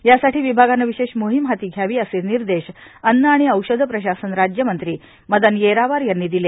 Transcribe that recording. यासाठी विभागाने विशेष मोहिम हाती घ्यावी असे निर्देश अन्न आणि औषध प्रशासन राज्यमंत्री मदन येरावार यांनी दिले